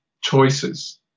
choices